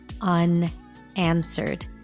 unanswered